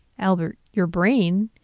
albert your brain?